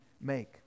make